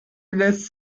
lässt